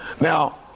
Now